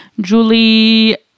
Julie